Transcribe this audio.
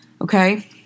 Okay